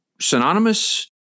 synonymous